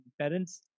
parents